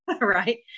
Right